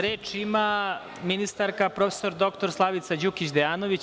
Reč ima ministarka prof. dr Slavica Đukić Dejanović.